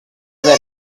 that